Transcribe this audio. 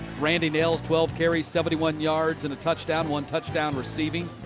randy nails, twelve carries, seventy one yards and a touchdown. one touchdown receiving,